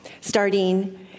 starting